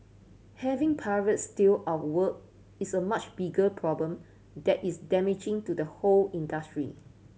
having pirates steal our work is a much bigger problem that is damaging to the whole industry